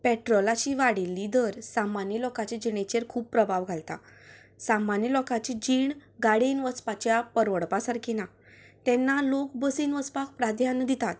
पेट्रोलाची वाडिल्ली दर सामान्य लोकाच्या जिणेचेर खूब प्रभाव घालता सामान्य लोकाची जीण गाडयेन वचपाच्या परवडपा सारकी ना तेन्ना लोक बसीन वसपाक प्राध्यान दितात